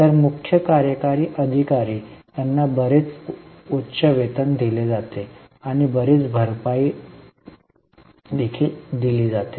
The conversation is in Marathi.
तर मुख्य कार्यकारी अधिकारी यांना बरीच उच्च वेतन दिले जाते आणि बरीच भरपाई देखील दिली जाते